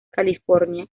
california